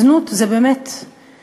הזנות, אני חושבת,